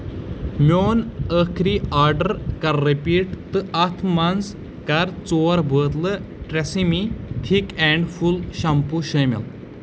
میون أخری آرڈر کر رِپیٖٹ تہٕ اتھ مَنٛز کر ژور بوتلہٕ TRESemme thick and full shampoo شٲمِل